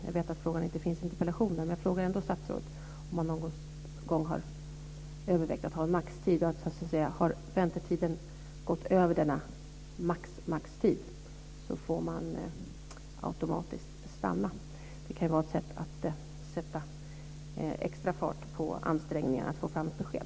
Jag vet att frågan inte finns i interpellationen, men jag frågar ändå statsrådet om hon någon gång har övervägt att ha en maxtid. Har väntetiden så att säga gått över denna maxtid får man automatiskt stanna. Det kan ju vara ett sätt att sätta extra fart på ansträngningarna att få fram ett besked.